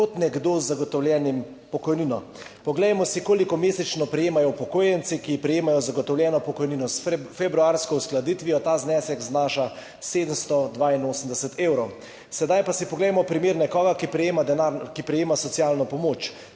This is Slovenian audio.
kot nekdo z zagotovljeno pokojnino. Poglejmo si, koliko mesečno prejemajo upokojenci, ki prejemajo zagotovljeno pokojnino. S februarsko uskladitvijo ta znesek znaša 782 evrov. Sedaj pa si poglejmo primer nekoga, ki prejema socialno pomoč.